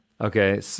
Okay